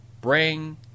bring